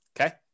Okay